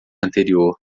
anterior